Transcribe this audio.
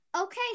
Okay